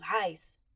lies